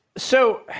so,